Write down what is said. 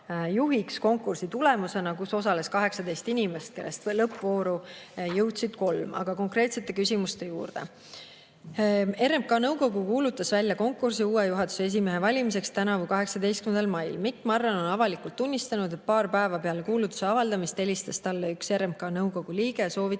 juhiks konkursi tulemusena, kus osales 18 inimest, kellest lõppvooru jõudsid kolm. Aga konkreetsete küsimuste juurde. "RMK nõukogu kuulutas välja konkursi uue juhatuse esimehe valimiseks tänavu 18. mail. Mikk Marran on avalikult tunnistanud, et paar päeva peale kuulutuse avaldamist helistas talle üks RMK nõukogu liige ja soovitas